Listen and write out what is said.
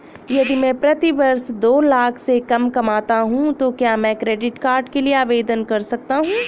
यदि मैं प्रति वर्ष दो लाख से कम कमाता हूँ तो क्या मैं क्रेडिट कार्ड के लिए आवेदन कर सकता हूँ?